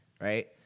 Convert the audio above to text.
right